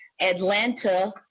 Atlanta